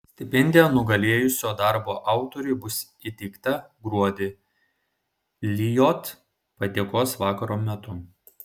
stipendija nugalėjusio darbo autoriui bus įteikta gruodį lijot padėkos vakaro metu